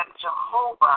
Jehovah